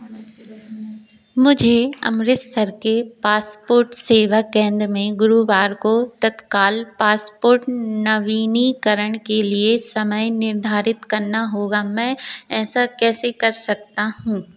मुझे अमृतसर के पासपोर्ट सेवा केंद्र में गुरुवार को तत्काल पासपोर्ट नवीनीकरण के लिए समय निर्धारित करना होगा मैं ऐसा कैसे कर सकता हूँ